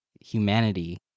humanity